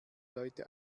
leute